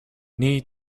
need